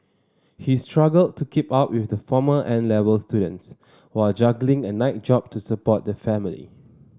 he struggled to keep up with former 'N' Level students while juggling a night job to support the family